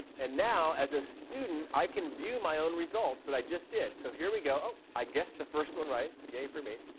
and now as a student, i can view my own results that i just did. so here we go. oh, i guessed the first one right. yay for me.